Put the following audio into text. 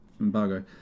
Embargo